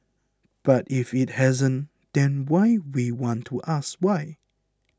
but if it hasn't then why we want to ask why